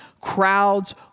crowds